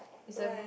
is a